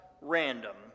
random